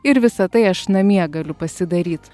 ir visa tai aš namie galiu pasidaryt